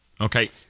Okay